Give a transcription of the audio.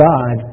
God